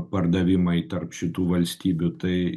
pardavimai tarp šitų valstybių tai